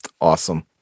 Awesome